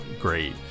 great